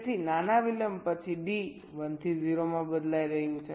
તેથી નાના વિલંબ પછી D 1 થી 0 માં બદલાઇ રહ્યું છે